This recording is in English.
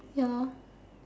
ya